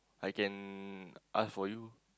I can ask for you